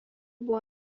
buvo